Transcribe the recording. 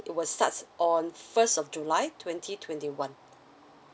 it will starts on first of july twenty twenty one